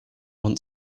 want